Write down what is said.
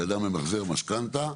שהאדם ממחזר משכנתא,